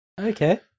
Okay